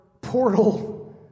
portal